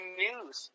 news